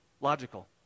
logical